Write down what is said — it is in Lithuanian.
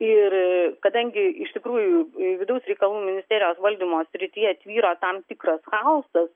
ir kadangi iš tikrųjų vidaus reikalų ministerijos valdymo srityje tvyro tam tikras chaosas